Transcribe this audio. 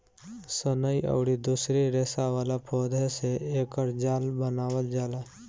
सनई अउरी दूसरी रेसा वाला पौधा से एकर जाल बनावल जाला